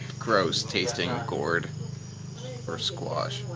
gross tasting gourd or squash